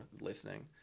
listening